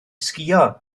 sgïo